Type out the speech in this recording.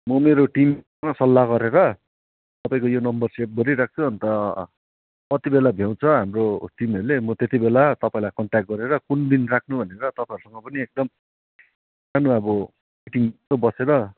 म मेरो टिममा सल्लाह गरेर तपाईँको यो नम्बर सेभ गरिराख्छु अन्त कति बेला भ्याउँछ हाम्रो टिमहरूले म त्यति बेला तपाईँलाई कन्ट्याक्ट गरेर कुन दिन राख्नु भनेर तपाईँहरूसँग पनि एकदम एकदमै अब मिटिङमा बसेर